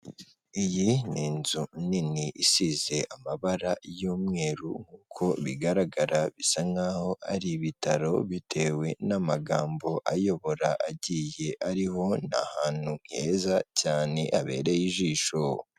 Iyi ni inzu nini isize amabara y'umweru, uko bigaragara isa nk'aho ari ibitaro, bitewe n'amagambo ayobora agiye ariho, ni ahantu heza cyane habereye ijisho.